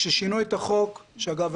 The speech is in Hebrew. כששינו את החוק אגב,